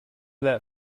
that